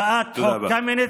בתקופה הזאת לא נהרוס,